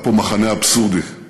היה פה מחנה אבסורדי,